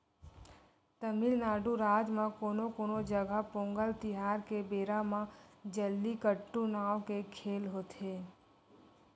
तमिलनाडू राज म कोनो कोनो जघा पोंगल तिहार के बेरा म जल्लीकट्टू नांव के खेल होथे